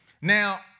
Now